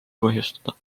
põhjustada